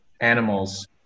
animals